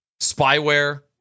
spyware